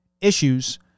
issues